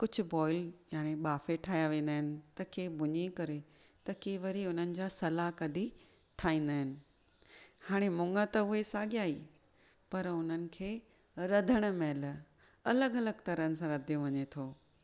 कुझु बोईल यानी ॿाफे ठाहिया वेंदा आहिनि त कंहिं भुञी करे त कंहिं वरी उन्हनि जा सलाह कढी ठाहींदा आहिनि हाणे मुङ त उहे सागिया ई पर उन्हनि खे रधण महिल अलॻि अलॻि तरहनि सां रधियो वञे थो